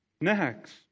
next